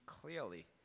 clearly